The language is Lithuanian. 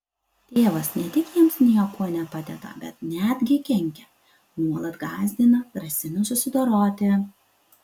tėvas ne tik jiems niekuo nepadeda bet netgi kenkia nuolat gąsdina grasina susidoroti